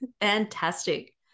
Fantastic